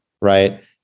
Right